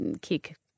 kick